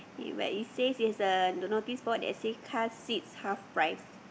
but it says it has the notice board that says car seats half price